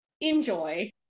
enjoy